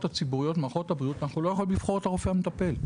הציבוריות במערכות הבריאות אנחנו לא יכולים לבחור את הרופא המטפל.